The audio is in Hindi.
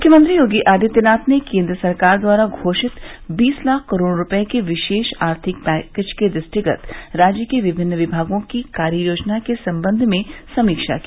मुख्यमंत्री योगी आदित्यनाथ ने केन्द्र सरकार द्वारा घोषित बीस लाख करोड़ रुपये के विशेष आर्थिक पैकेज के दृष्टिगत राज्य के विभिन्न विभागों की कार्य योजना के सम्बन्ध में समीक्षा की